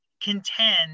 contend